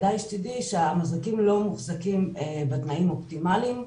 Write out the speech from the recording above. כדאי שתדעי שהמזרקים לא מוחזקים בתנאים אופטימליים.